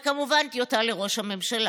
וכמובן טיוטה לראש הממשלה.